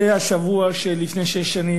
זה השבוע שלפני שש שנים,